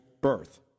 birth